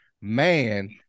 man